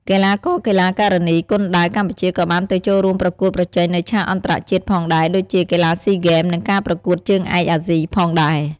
កីឡាករ-កីឡាការិនីគុនដាវកម្ពុជាក៏បានទៅចូលរួមប្រកួតប្រជែងនៅឆាកអន្តរជាតិផងដែរដូចជា កីឡាស៊ីហ្គេម និងការប្រកួតជើងឯកអាស៊ីផងដែរ។